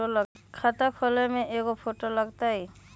खाता खोले में कइगो फ़ोटो लगतै?